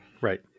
Right